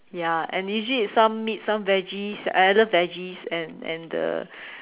ya and usually is some meat some veggies either veggies and and the